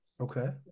Okay